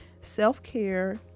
self-care